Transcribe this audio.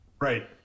right